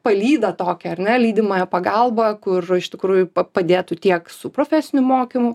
palydą tokią ar ne lydimąją pagalbą kur iš tikrųjų padėtų tiek su profesiniu mokymu